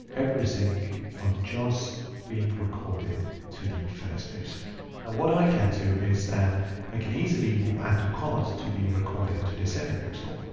everything are just being recorded to the first pixel. now what i can do is that i can easily move add to cart to be recorded to the second pixel.